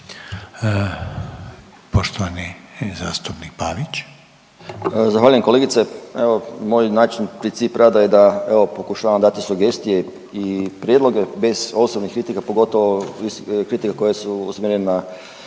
Poštovani zastupnik Pavić.